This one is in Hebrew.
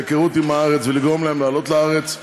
להיכרות עם הארץ ולגרום להם לעלות לארץ.